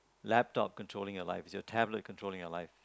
laptop controlling your life is your tablet controlling your life